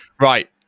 right